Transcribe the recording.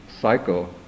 cycle